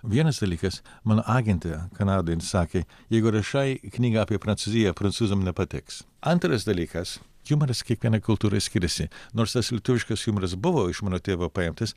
vienas dalykas mano agentė kanadoje sakė jeigu rašai knygą apie prancūzija prancūzams nepatiks antras dalykas jumoras kiekvienai kultūrai skiriasi nors tas lietuviškas jumoras buvo iš mano tėvo paimtas